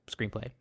Screenplay